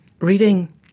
reading